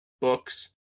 books